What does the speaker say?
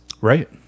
Right